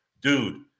dude